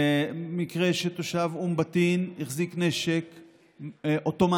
מקרה של תושב אום בטין שהחזיק נשק אוטומטי,